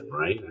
Right